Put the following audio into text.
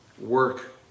work